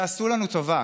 תעשו לנו טובה,